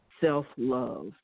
self-love